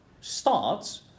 starts